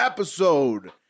Episode